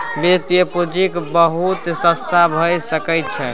वित्तीय पूंजीक बहुत रस्ता भए सकइ छै